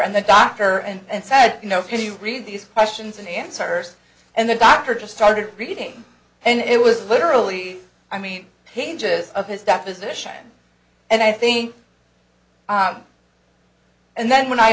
and the doctor and said you know can you read these questions and answers and the doctor just started reading and it was literally i mean pages of his deposition and i think and then when i